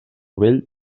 vell